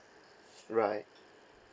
right